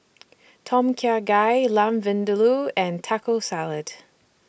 Tom Kha Gai Lamb Vindaloo and Taco Salad